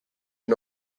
are